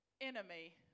enemy